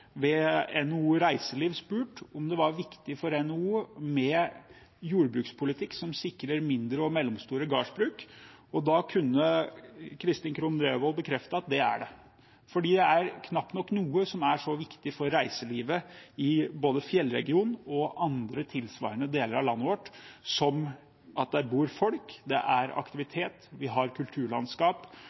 ved NHO Reiseliv spurt om det er viktig for NHO med en jordbrukspolitikk som sikrer mindre og mellomstore gårdsbruk, og da kunne Kristin Krohn Devold bekrefte at det er det. Det er knapt noe som er så viktig for reiselivet i både fjellregionen og andre, tilsvarende, deler av landet vårt som at det bor folk der, at det er aktivitet der, at vi har et kulturlandskap,